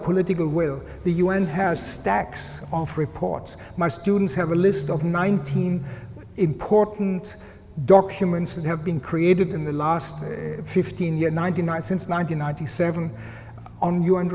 political will the un has stacks of reports my students have a list of nineteen important documents that have been created in the last fifteen year ninety nine since ninety ninety seven on you and